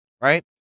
right